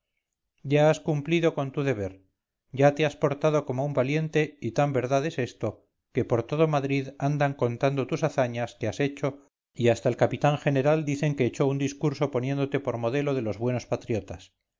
ya has cumplido con tu deber ya te has portado como un valiente y tan verdad es esto que por todo madrid andan contando tus hazañas que has hecho y hasta el capitán general dicen que echó un discurso poniéndote por modelo de los buenos patriotas